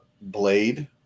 Blade